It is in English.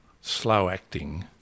slow-acting